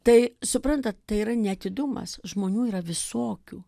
tai suprantat tai yra neatidumas žmonių yra visokių